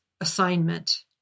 assignment